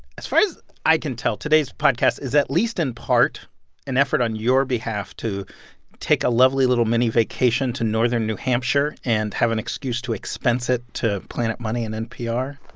as far as i can tell, today's podcast is at least in part an effort on your behalf to take a lovely little mini-vacation to northern new hampshire and have an excuse to expense it to planet money and npr